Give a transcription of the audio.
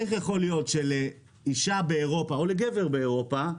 איך יכול להיות שלאישה באירופה או לגבר באירופה,